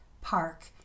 park